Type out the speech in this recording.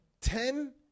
Ten